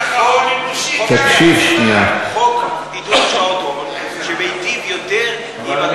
חוק עידוד השקעות הון, שמיטיב יותר עם,